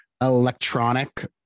electronic